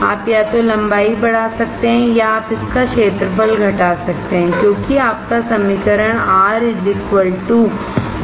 आप या तो लंबाई बढ़ा सकते हैं या आप इसका क्षेत्रफल घटा सकते हैं क्योंकि आपका समीकरण R ρL A है